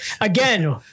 Again